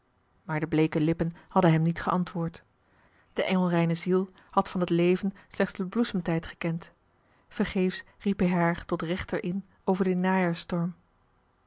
maar de bleeke lippen hadden hem niet geantwoord de engelreine ziel had van het leven slechts den bloesemtijd gekend vergeefs riep hij haar tot rechter in over den